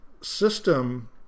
system